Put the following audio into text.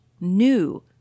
new